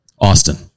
Austin